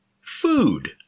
Food